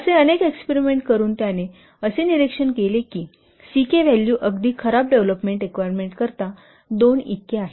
असे अनेक एक्सपेरिमेंट करून त्याने असे निरीक्षण केले आहे की C K व्हॅल्यू अगदी खराब डेव्हलपमेंट एन्व्हायरमेंट करिता 2 इतके आहे